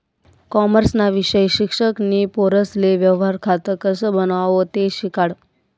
कॉमर्सना विषय शिक्षक नी पोरेसले व्यवहार खातं कसं बनावो ते शिकाडं